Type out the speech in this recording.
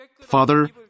Father